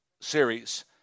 series